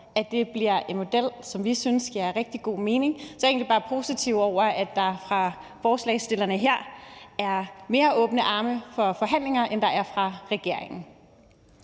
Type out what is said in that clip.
at det bliver en model, som vi synes giver rigtig god mening. Så jeg er egentlig bare positiv over, at der fra forslagsstillernes side her er mere åbenhed over for forhandlinger, end der er fra regeringens